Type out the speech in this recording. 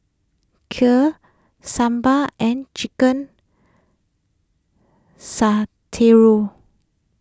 Kheer Sambar and Chicken